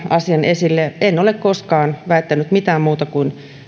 asian esille en ole koskaan väittänyt tai sanonut mitään muuta kuin